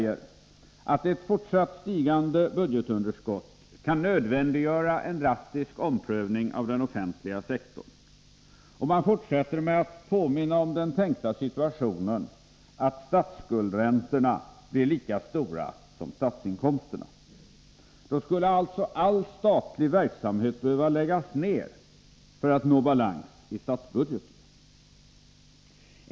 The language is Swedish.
Ett fortsatt stigande budgetunderskott kan nödvändiggöra en drastisk omprövning av den offentliga sektorn, säger finansutskottet, och man fortsätter med att påminna om den tänkta situationen att statskuldräntorna blir lika stora som statsinkomsterna. Då skulle alltså all statlig verksamhet behöva läggas ned för att nå balans i statsbudgeten.